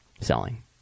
selling